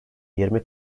yirmi